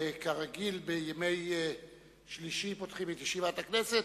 כרגיל, אנחנו בימי שלישי פותחים את ישיבת הכנסת